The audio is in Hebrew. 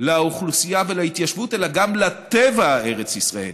לאוכלוסייה ולהתיישבות אלא גם לטבע הארץ-ישראלי.